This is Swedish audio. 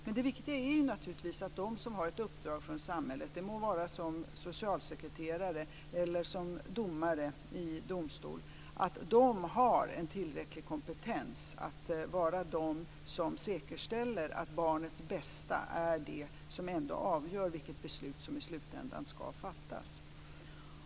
Men det viktiga är att just de som har ett uppdrag från samhället, det må vara som socialsekreterare eller som domare i domstol, har en tillräcklig kompetens för att säkerställa att barnets bästa ändå är det som avgör vilket beslut som i slutändan ska fattas.